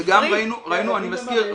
ואני מזכיר,